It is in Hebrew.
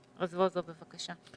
רזבוזוב, בבקשה.